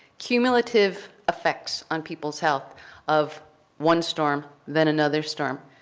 cumulative effects on people's health of one storm then another storm,